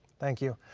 thank you.